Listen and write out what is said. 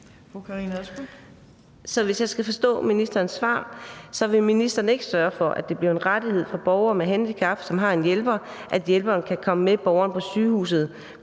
Så jeg forstår ministerens svar sådan, at ministeren ikke vil sørge for, at det bliver en rettighed for borgere med handicap, som har en hjælper, at hjælperen kan komme med borgeren på sygehuset,